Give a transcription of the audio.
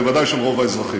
בוודאי של רוב האזרחים.